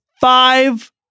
five